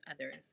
others